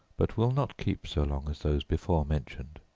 but will not keep so long as those before mentioned.